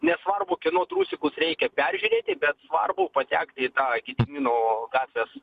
nesvarbu kieno trusikus reikia peržiūrėti bet svarbu patekti į tą gedimino gatvės